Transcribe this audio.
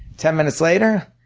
ten minutes later,